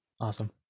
Awesome